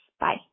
Bye